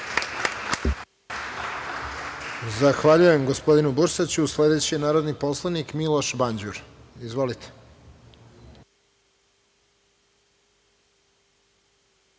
Zahvaljujem gospodinu Bursaću. Sledeći je narodni poslanik Miloš Banđur. Izvolite.